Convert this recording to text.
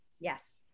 Yes